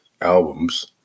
albums